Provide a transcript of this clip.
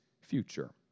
future